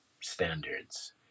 Standards